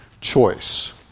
choice